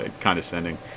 condescending